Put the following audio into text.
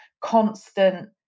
constant